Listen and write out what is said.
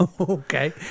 Okay